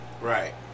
Right